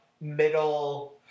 middle